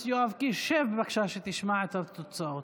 שתשמע את התוצאות.